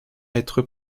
être